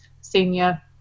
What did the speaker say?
senior